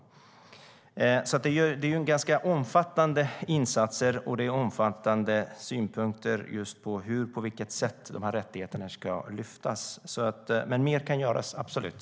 Det är ganska omfattande insatser, och det är omfattande synpunkter just när det gäller på vilket sätt de här rättigheterna ska lyftas. Men mer kan göras - absolut.